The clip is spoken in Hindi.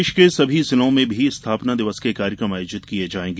प्रदेश के सभी जिलों में भी स्थापना दिवस के कार्यक्रम आयोजित किये गये हैं